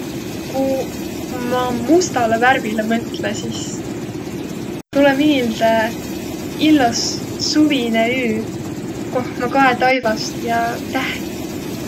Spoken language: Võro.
Kuq ma mustalõ värvile mõtlõ, sis tulõ miilde illos suvinõ üü, koh ma kae taivast ja tähti.